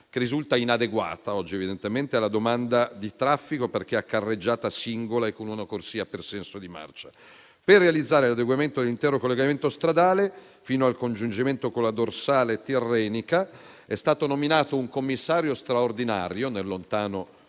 che risulta oggi evidentemente inadeguata alla domanda di traffico, perché a carreggiata singola e con una corsia per senso di marcia. Per realizzare l'adeguamento dell'intero collegamento stradale fino al congiungimento con la dorsale tirrenica è stato nominato un commissario straordinario nel lontano